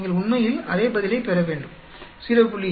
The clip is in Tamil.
நீங்கள் உண்மையில் அதே பதிலைப் பெற வேண்டும் 0